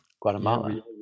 Guatemala